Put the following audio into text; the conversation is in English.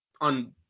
on